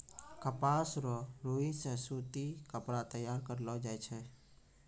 कपास रो रुई से सूती कपड़ा तैयार करलो जाय छै